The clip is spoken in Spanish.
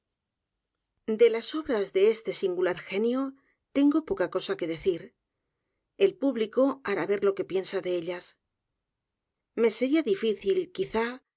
de las obras de este singular genio tengo poca cosa que d e c i r el público h a r á ver lo que piensa de ellas me sería difícil quizá